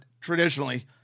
traditionally